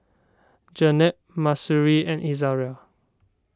Jenab Mahsuri and Izara